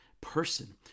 person